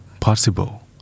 possible